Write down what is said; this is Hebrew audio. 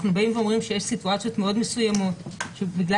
אנחנו באים ואומרים שיש סיטואציות מאוד מסוימות בגלל